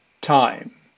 time